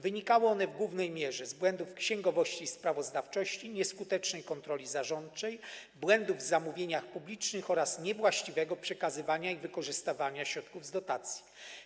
Wynikały one w głównej mierze z błędów księgowości i sprawozdawczości, nieskutecznej kontroli zarządczej, błędów w zamówieniach publicznych oraz niewłaściwego przekazywania i wykorzystywania środków z dotacji.